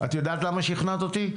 את יודעת למה שכנעת אותי?